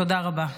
תודה רבה.